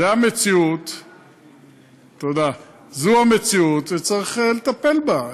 זאת המציאות, תודה, זו המציאות וצריך לטפל בה.